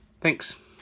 Thanks